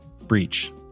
Breach